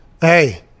Hey